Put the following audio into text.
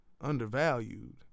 undervalued